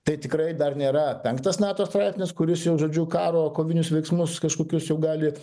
tai tikrai dar nėra penktas nato straipsnis kuris jau žodžiu karo kovinius veiksmus kažkokius jau gali